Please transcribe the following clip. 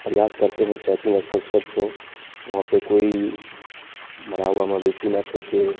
प्रयास करते हैं ट्रैकिंग स्थल स्वच्छ हो वहाँ पे कोई मरा हुआ मवेशी ना फेंके